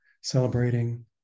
celebrating